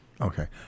Okay